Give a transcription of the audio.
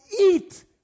eat